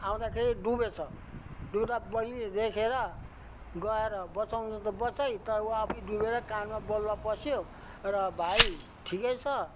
आउँदाखेरि डुबेछ डुब्दा बहिनीले देखेर गएर बचाउनु त बचाइ तर ऊ आफै डुबेर कानमा बलुवा पस्यो र भाइ ठिकै छ